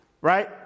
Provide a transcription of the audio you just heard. Right